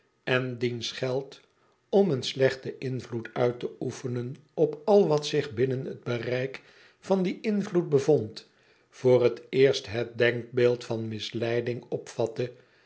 en diens geld om een slechten invloed uit te oefenen op al wat zich biimed het bereik van dien invloed bevond voor het eerst het denkbeeld van misleiding